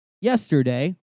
yesterday